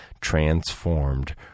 transformed